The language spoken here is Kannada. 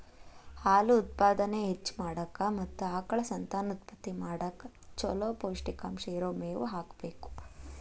ಹಾಲು ಉತ್ಪಾದನೆ ಹೆಚ್ಚ್ ಮಾಡಾಕ ಮತ್ತ ಆಕಳ ಸಂತಾನೋತ್ಪತ್ತಿ ಮಾಡಕ್ ಚೊಲೋ ಪೌಷ್ಟಿಕಾಂಶ ಇರೋ ಮೇವು ಹಾಕಬೇಕು